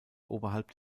oberhalb